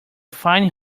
fine